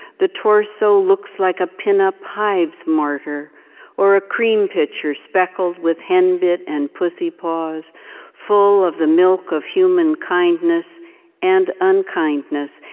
the torso looks like a pin-up hives martyr or a cream pitcher speckled with henbit and pussy paws full of the milk of human kindness and unkindness,